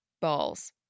balls